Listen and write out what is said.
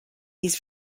these